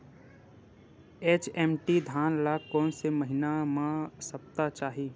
HMT धान ल कोन से महिना म सप्ता चाही?